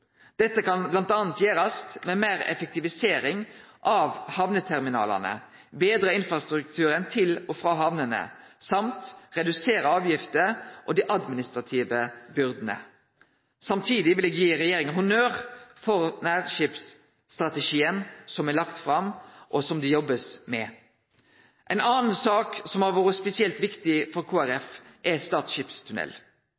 Dette kan bl.a. gjerast med meir effektivisering av hamneterminalane, betre infrastruktur til og frå hamnene og å redusere avgiftene og dei administrative byrdene. Samtidig vil eg gi regjeringa honnør for nærskipsstrategien som er lagd fram, og som det blir jobba med. Ei anna sak som har vore spesielt viktig for